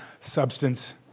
substance